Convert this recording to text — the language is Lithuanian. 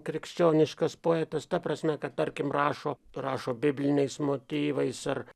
krikščioniškas poetas ta prasme kad tarkim rašo rašo bibliniais motyvais ar